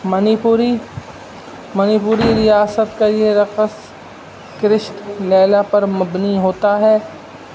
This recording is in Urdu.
منی پوری منی پوری ریاست کا یہ رقص کرشت لیلا پر مبنی ہوتا ہے